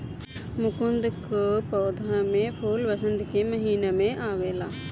कुमुद कअ पौधा में फूल वसंत के महिना में आवेला